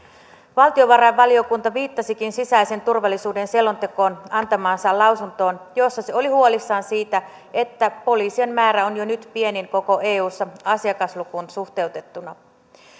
valtiovarainvaliokunta viittasikin sisäisen turvallisuuden selontekoon antamaansa lausuntoon jossa se oli huolissaan siitä että poliisien määrä on jo nyt pienin koko eussa asukaslukuun suhteutettuna